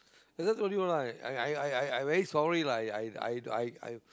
I just told you right I I I I I very sorry lah I I I I